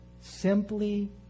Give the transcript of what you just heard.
simply